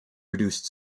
reduced